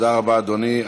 תודה רבה, אדוני.